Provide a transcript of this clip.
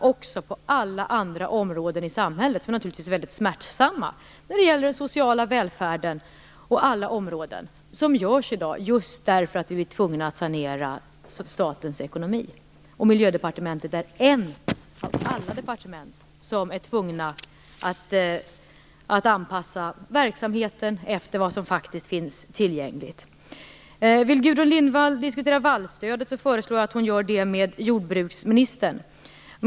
De görs ju på alla andra områden i samhället och är naturligtvis väldigt smärtsamma. När det gäller den sociala välfärden och alla andra områden görs det ju nedskärningar i dag just därför att vi är tvungna att sanera statens ekonomi. Miljödepartementet är bara ett av alla departement som är tvungna att anpassa verksamheten efter de medel om faktiskt finns tillgängliga. Vill Gudrun Lindvall diskutera vallstödet föreslår jag att hon gör det med jordbruksministern.